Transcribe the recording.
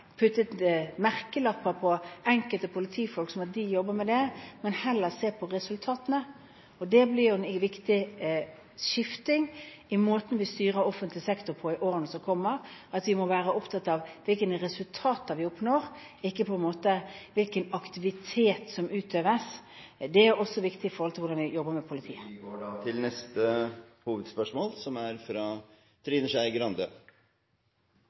de jobber med det og det, men heller se på resultatene. Det vil i årene som kommer bli et viktig skifte i måten vi styrer offentlig sektor på. Vi må være opptatt av hvilke resultater vi oppnår, ikke av hvilken aktivitet som utøves. Dette er også viktig med hensyn til hvordan vi jobber med politiet. Vi går til neste hovedspørsmål.